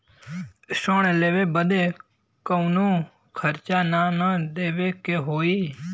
ऋण लेवे बदे कउनो खर्चा ना न देवे के होई?